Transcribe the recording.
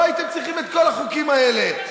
לא הייתם צריכים את כל החוקים האלה.